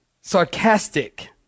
sarcastic